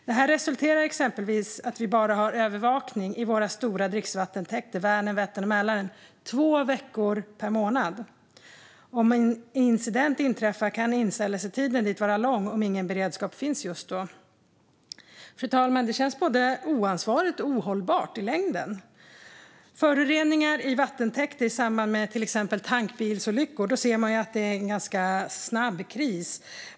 Detta resulterar exempelvis i att vi bara har övervakning av våra stora dricksvattentäkter Vänern, Vättern och Mälaren två veckor per månad. Om en incident inträffar kan inställelsetiden dit vara lång om ingen beredskap finns just då. Det känns både oansvarigt och ohållbart i längden, fru talman. När det gäller föroreningar av vattentäkter i samband med till exempel tankbilsolyckor ser man ganska snabbt att det är kris.